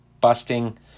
busting